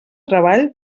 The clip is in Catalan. treball